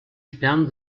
stern